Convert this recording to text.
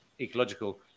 ecological